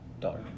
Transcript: daughter